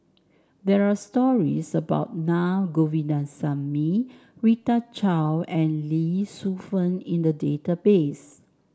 there are stories about Na Govindasamy Rita Chao and Lee Shu Fen in the database